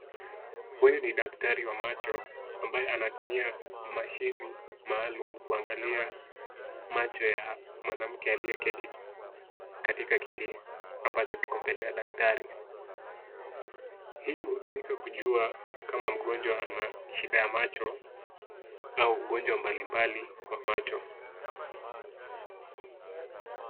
Huyu ni daktari wa macho, ambaye anatumia mashini maalum kuangalia macho ya mwanamke aliyeketi katika kiti, ambacho kiko mbele ya daktari. Hii hutumika kujua kama mgonjwa ana shida ya macho au ugonjwa mbalimbali wa macho.